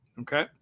Okay